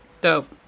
dope